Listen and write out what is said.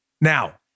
Now